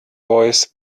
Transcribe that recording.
voice